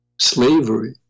slavery